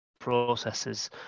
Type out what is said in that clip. processes